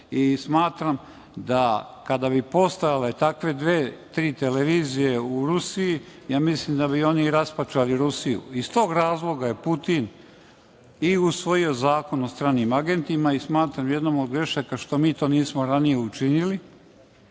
i smatram da kada bi postojale takve dve, tri televizije u Rusiji mislim da bi oni raspačali Rusiju. Iz tog razloga je Putin usvojio Zakon o stranim agentima i smatram jednom od grešaka što mi to nismo ranije učinili.